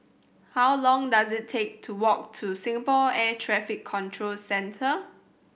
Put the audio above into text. how long does it take to walk to Singapore Air Traffic Control Centre